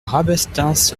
rabastens